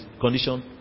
condition